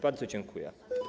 Bardzo dziękuję.